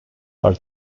are